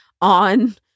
on